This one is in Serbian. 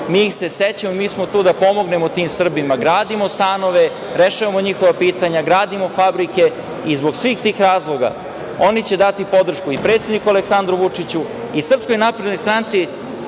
mi ih se sećamo, mi smo tu da pomognemo tim Srbima. Gradimo stanove, rešavamo njihova pitanja, gradimo fabrike i zbog svih tih razloga, oni će dati podršku i predsedniku Aleksandru Vučiću i SNS, pre svega